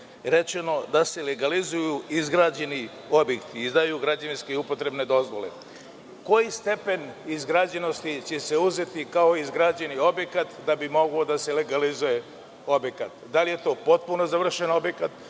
rečeno da se legalizuju izrađeni objekti, izdaju građevinske i upotrebne dozvole. Koji stepen izgrađenosti će se uzeti kao izgrađeni objekat da bi mogao da se legalizuje objekat? Da li je to potpuno završen objekat?